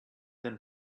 them